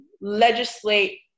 legislate